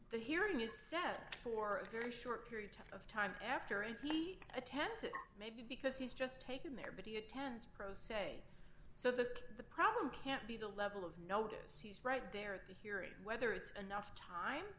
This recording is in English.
the hearing is set for a very short period of time after and he attends it maybe because he's just taken there but he attends pro se so the problem can't be the level of notice he's right there at the hearing whether it's enough time